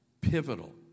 Pivotal